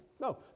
No